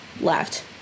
left